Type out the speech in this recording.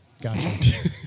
Gotcha